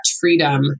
freedom